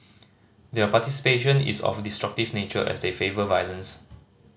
their participation is of destructive nature as they favour violence